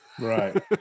Right